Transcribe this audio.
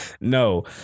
No